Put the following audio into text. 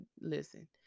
listen